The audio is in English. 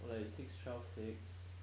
like six twelve six